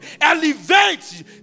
elevate